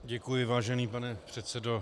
Děkuji, vážený pane předsedo.